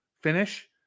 finish